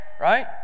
right